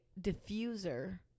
diffuser